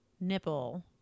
nipple